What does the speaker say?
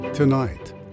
Tonight